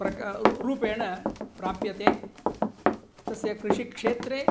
प्रक र् रूपेण प्राप्यते तस्य कृषिक्षेत्रे